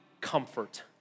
comfort